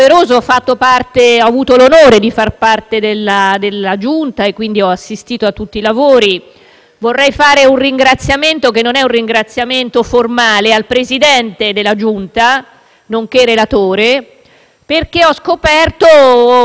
vorrei rivolgere un ringraziamento, che non è formale, al Presidente della Giunta, nonché relatore, perché ho scoperto con immenso piacere che Maurizio Gasparri è una persona che ha